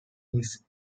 his